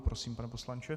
Prosím, pane poslanče.